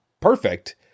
perfect